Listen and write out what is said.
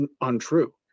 untrue